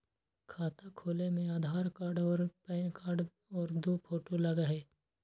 खाता खोले में आधार कार्ड और पेन कार्ड और दो फोटो लगहई?